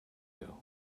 you